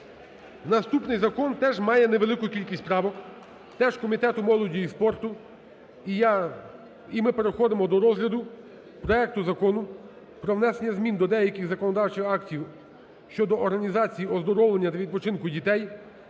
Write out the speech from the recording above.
Наступний закон теж має невелику кількість правок, теж комітету молоді і спорту. І ми переходимо до розгляду проекту Закону про внесення змін до деяких законодавчих актів щодо організації оздоровлення та відпочинку дітей,